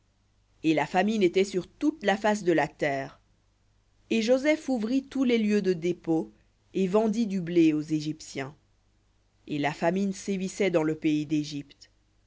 et la famine était sur toute la face de la terre et joseph ouvrit tous les lieux de dépôt et vendit du blé aux égyptiens et la famine sévissait dans le pays d'égypte